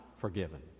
forgiven